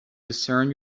discern